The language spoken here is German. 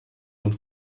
und